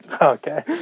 Okay